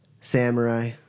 Samurai